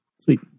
sweet